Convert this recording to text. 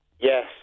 Yes